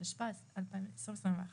התשפ"א-2021